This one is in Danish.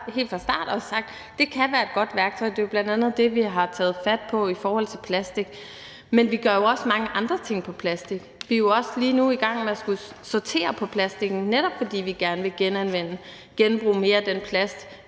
helt fra start også sagt, at det kan være et godt værktøj. Det er jo bl.a. det, vi har taget fat på, når det gælder plastik. Men vi gør jo også mange andre ting på plastikområdet. Vi er jo også lige nu i gang med at skulle sortere plastik, netop fordi vi gerne vil genanvende den, genbruge mere af den plast